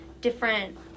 different